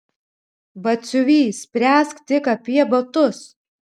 batsiuvy spręsk tik apie batus